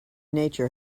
nature